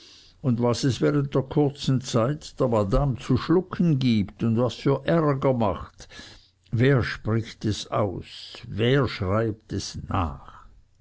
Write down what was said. und was es während der kurzen zeit der madame zu schlucken gibt und für ärger macht wer spricht es aus wer schreibt es nach